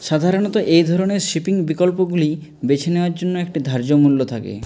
সাধারণত এই ধরনের শিপিং বিকল্পগুলি বেছে নেওয়ার জন্য একটি ধার্য্যমূল্য থাকে